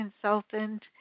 Consultant